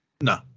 No